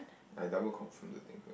I double confirm the thing first